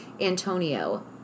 Antonio